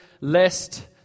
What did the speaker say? lest